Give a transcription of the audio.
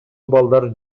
балдар